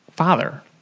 Father